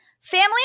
family